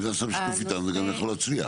אם זה נעשה בשיתוף איתם זה גם יכול להצליח.